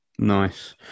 Nice